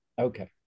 okay